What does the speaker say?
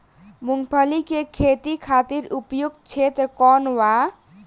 मूँगफली के खेती खातिर उपयुक्त क्षेत्र कौन वा?